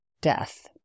death